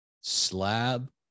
slab